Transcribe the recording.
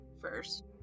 first